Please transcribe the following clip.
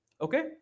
okay